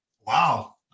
wow